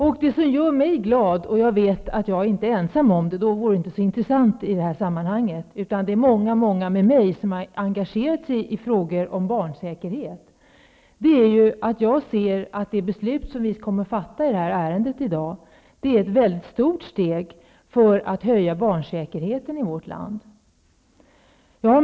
Jag vet att jag inte är ensam om att bli glad i det här sammanhanget, annars skulle det inte vara så intressant, utan det är många med mig som har engagerat sig i frågor om barnsäkerhet. Det som gör mig glad är att jag inser att det beslut som vi nu kommer att fatta i det här ärendet är ett mycket stort steg när det gäller att höja barnsäkerheten i Sverige.